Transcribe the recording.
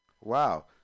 Wow